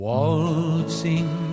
Waltzing